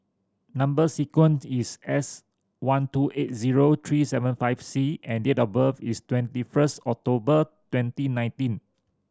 number sequence is S one two eight zero three seven five C and date of birth is twenty first October twenty nineteen